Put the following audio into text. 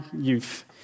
youth